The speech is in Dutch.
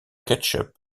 ketchup